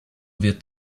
wird